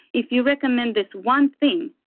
if you recommend this one thing,